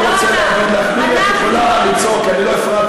מי שצריך למצוא לזה פתרון זה ראש העיר,